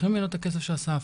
לוקחים לו את הכסף שהוא אסף.